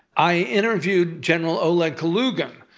i interviewed general oleg kalugin,